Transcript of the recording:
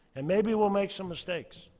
and maybe we'll make some mistakes.